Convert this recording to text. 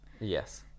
yes